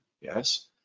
Yes